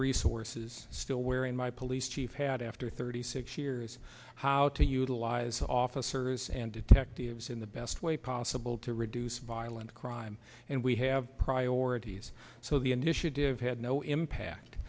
resources still wearing my police chief had after thirty six years how to utilize officers and detectives in the best way possible to reduce violent crime and we have priorities so the initiative had no impact